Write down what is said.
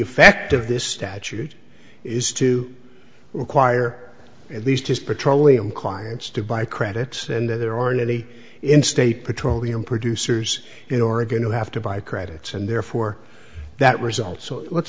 effect of this statute is to require at least his petroleum clients to buy credits and that there aren't any in state petroleum producers in oregon who have to buy credits and therefore that result so let's